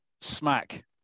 smack